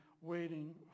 waiting